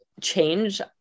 change